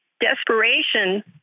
desperation